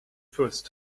first